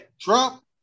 Trump